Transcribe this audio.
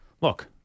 look